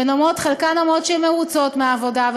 וחלקן אומרות שהן מרוצות מהעבודה,